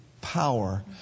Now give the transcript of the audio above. power